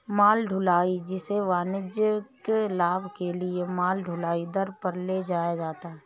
माल ढुलाई, जिसे वाणिज्यिक लाभ के लिए माल ढुलाई दर पर ले जाया जाता है